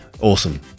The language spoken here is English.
Awesome